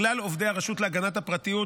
לכלל עובדי הרשות להגנת הפרטיות,